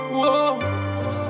Whoa